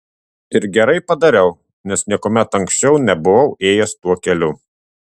ir gerai padariau nes niekuomet anksčiau nebuvau ėjęs tuo keliu